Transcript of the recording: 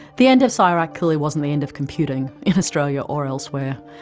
the end of so csirac clearly wasn't the end of computing in australian or elsewhere.